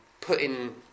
putting